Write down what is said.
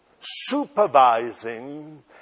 supervising